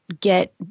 get –